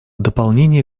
дополнение